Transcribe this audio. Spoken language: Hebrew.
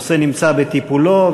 הנושא נמצא בטיפולו,